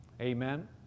Amen